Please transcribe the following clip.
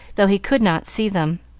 though he could not see them.